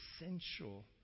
essential